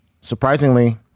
surprisingly